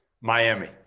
Miami